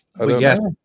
Yes